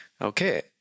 Okay